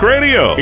Radio